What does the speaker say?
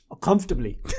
comfortably